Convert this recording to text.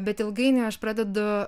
bet ilgainiui aš pradedu